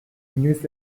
inoiz